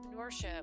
entrepreneurship